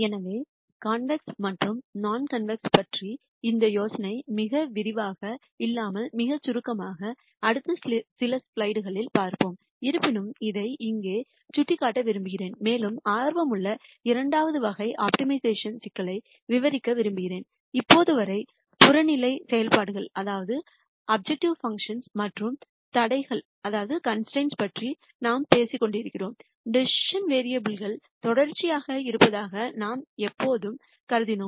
எனவே கான்வேக்ஸ் மற்றும் நான் கான்வேக்ஸ் பற்றிய இந்த யோசனை மிக விரிவாக இல்லாமல் மிகச் சுருக்கமாக அடுத்த சில ஸ்லைடுகளில் பார்ப்போம் இருப்பினும் இதை இங்கே சுட்டிக்காட்ட விரும்பினேன் மேலும் ஆர்வமுள்ள இரண்டாவது வகை ஆப்டிமைசேஷன் சிக்கலை விவரிக்க விரும்பினேன் இப்போது வரை புறநிலை செயல்பாடுகள் மற்றும் தடைகள் பற்றி நாம் பேசிக்கொண்டிருக்கிறோம் டிசிசன் வேரியபுல் கள் தொடர்ச்சியாக இருப்பதாக நாம் எப்போதும் கருதினோம்